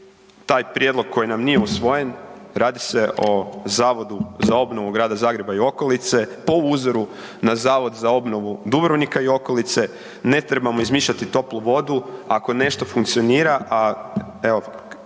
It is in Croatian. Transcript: taj prijedlog koji nam nije usvojen, radi se o Zavodu za obnovu Grada Zagreba i okolice po uzoru na Zavod za obnovu Dubrovnika i okolice, ne trebamo izmišljati toplu vodu, ako nešto funkcionira,